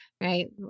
Right